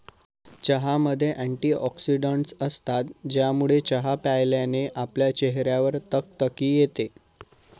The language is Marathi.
चहामध्ये अँटीऑक्सिडन्टस असतात, ज्यामुळे चहा प्यायल्याने आपल्या चेहऱ्यावर तकतकी येते